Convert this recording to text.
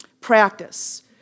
practice